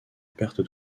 perte